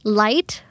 light